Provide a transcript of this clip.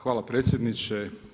Hvala predsjedniče.